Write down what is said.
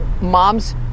moms